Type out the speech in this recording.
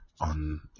on